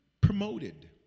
promoted